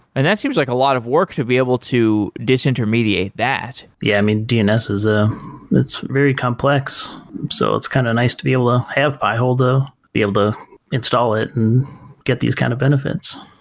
and that seems like a lot of work to be able to disintermediate that yeah. i mean, dns is a it's very complex so it's kind of nice to be able to have pi hole to be able to install it and get these kind of benefits